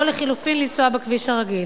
או לחלופין לנסוע בכביש הרגיל.